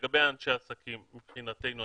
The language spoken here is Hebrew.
לגבי אנשי עסקים מבחינתנו,